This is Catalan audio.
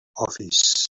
office